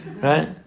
right